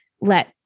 let